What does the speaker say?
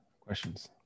Questions